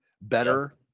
better